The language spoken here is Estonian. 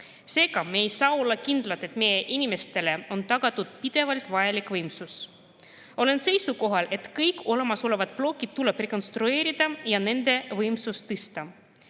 Seega, me ei saa olla kindlad, et meie inimestele on pidevalt vajalik võimsus tagatud. Olen seisukohal, et kõik olemasolevad plokid tuleb rekonstrueerida ja nende võimsust tõsta.